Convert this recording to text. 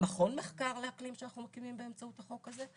מכון מחקר לאקלים שאנחנו מקימים באמצעות החוק הזה,